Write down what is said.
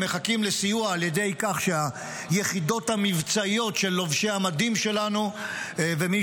הם מחכים לסיוע על ידי כך שהיחידות המבצעיות של לובשי המדים שלנו ומי